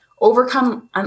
overcome